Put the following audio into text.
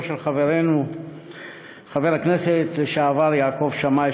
של חברנו חבר הכנסת לשעבר יעקב שמאי,